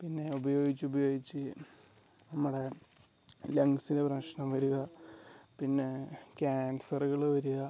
പിന്നെ ഉപയോഗിച്ചു ഉപയോഗിച്ചു നമ്മുടെ ലംഗ്സിന് പ്രശ്നം വരിക പിന്നെ ക്യാൻസറുകൾ വരിക